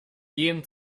gehen